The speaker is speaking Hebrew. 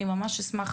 אני ממש אשמח